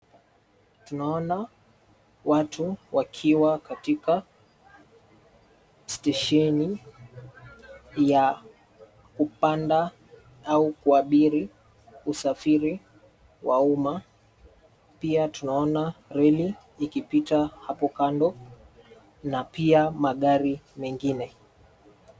Tunaona watu wakiwa katika stesheni ya kupanda au kuabiri usafiri wa umma, pia tunaona leri ikipita hapo kando. Na pia magari mengine.